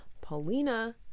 Paulina